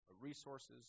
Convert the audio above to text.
resources